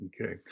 Okay